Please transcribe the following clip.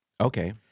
Okay